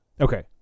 okay